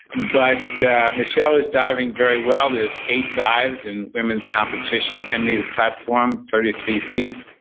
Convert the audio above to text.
but yeah michelle is diving very well. there's eight dives in women's competition ten meter platform, thirty three feet.